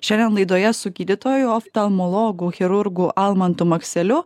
šiandien laidoje su gydytoju oftalmologu chirurgu almantu makseliu